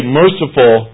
merciful